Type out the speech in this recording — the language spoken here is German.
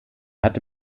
hatte